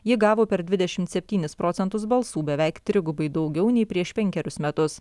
ji gavo per dvidešimt septynis procentus balsų beveik trigubai daugiau nei prieš penkerius metus